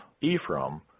Ephraim